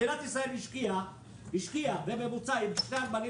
מדינת ישראל השקיעה בממוצע עם שני הנמלים